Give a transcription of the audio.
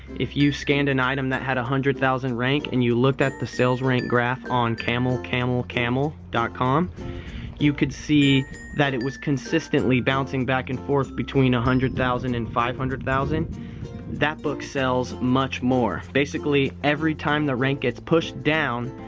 if you scanned an item that had a one hundred thousand rank and you looked at the sales rank graph on camelcamelcamel dot com you could see that it was consistently bouncing back and forth between a one hundred thousand and five hundred thousand that book sells much more. basically, every time the rank gets pushed down,